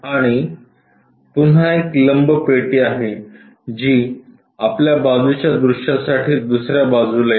आणि पुन्हा एक लंब पेटी आहे जी आपल्या बाजूच्या दृश्यासाठी दुसर्या बाजूला येते